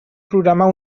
programar